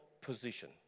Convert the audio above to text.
position